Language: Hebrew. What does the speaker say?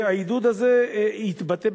העידוד הזה יתבטא,